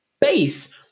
base